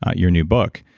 ah your new book.